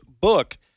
book